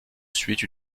suite